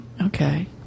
Okay